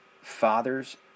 fathers